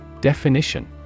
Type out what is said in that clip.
Definition